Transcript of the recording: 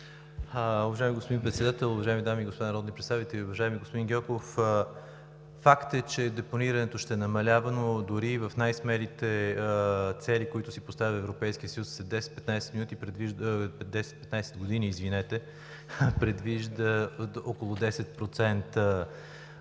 Уважаеми господин Председател, уважаеми дами и господа народни представители! Уважаеми господин Гьоков, факт е, че депонирането ще намалява, но дори и в най-смелите цели, които си поставя Европейският съюз, след 10 – 15 години предвижда около 10%